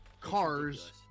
cars